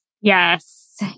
Yes